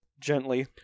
gently